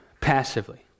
passively